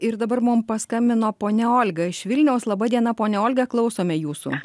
ir dabar mum paskambino ponia olga iš vilniaus laba diena ponia olga klausome jūsų